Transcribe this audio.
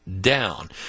down